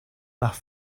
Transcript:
nach